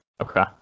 okay